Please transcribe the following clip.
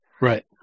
Right